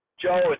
Joe